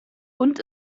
und